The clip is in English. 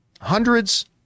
hundreds